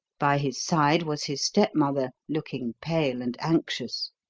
by his side was his stepmother, looking pale and anxious.